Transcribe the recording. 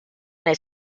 nei